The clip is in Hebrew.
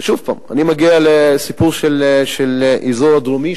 אני מגיע שוב לסיפור של האזור הדרומי,